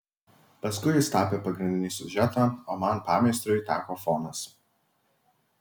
paskui jis tapė pagrindinį siužetą o man pameistriui teko fonas